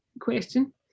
question